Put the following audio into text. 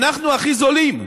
אנחנו הכי זולים,